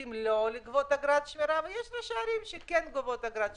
שמחליטים לא לגבות אגרת שמירה ויש ראשי ערים שכן גובים אגרת שמירה.